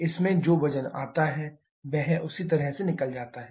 इसमें जो वजन आता है वह उसी तरह से निकल जाता है